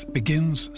begins